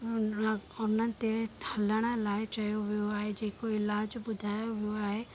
ह हुन ते हलण लाइ चयो वियो आहे जेको इलाजु ॿुधायो वियो आहे